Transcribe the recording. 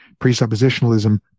presuppositionalism